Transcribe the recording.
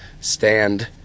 stand